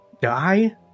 die